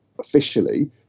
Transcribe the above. officially